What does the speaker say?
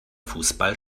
fussball